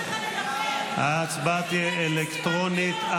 ההצבעה תהיה אלקטרונית.